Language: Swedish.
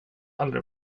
aldrig